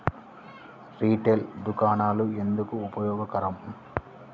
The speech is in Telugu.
రిటైల్ దుకాణాలు ఎందుకు ఉపయోగకరం?